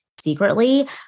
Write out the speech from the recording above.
secretly